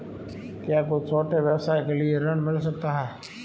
क्या कोई छोटे व्यवसाय के लिए ऋण मिल सकता है?